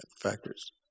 factors